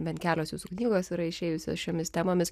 bent kelios jūsų knygos yra išėjusios šiomis temomis